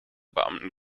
beamten